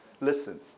Listen